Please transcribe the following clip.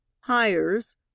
Hires